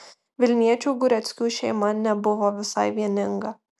vilniečių gureckių šeima nebuvo visai vieninga